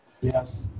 Yes